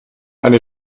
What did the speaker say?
eine